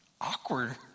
awkward